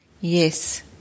Yes